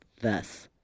thus